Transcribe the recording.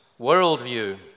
worldview